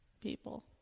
people